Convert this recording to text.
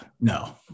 no